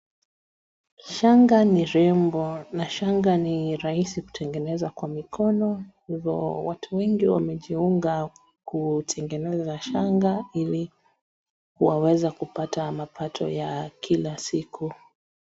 Shanga ni rembo na shanga ni rahisi kutengeneza kwa mikono hivyo watu wengi wamejiunga kutengeneza shanga ili waweze kupata mapato ya kila siku.